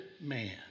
man